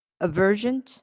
aversion